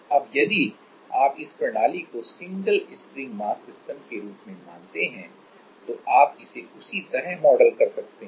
अब यदि आप इस प्रणाली को सिंगल स्प्रिंग मास सिस्टम के रूप में मानते हैं तो आप इसे उसी तरह मॉडल कर सकते हैं